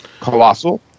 Colossal